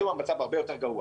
היום המצב הרבה יותר גרוע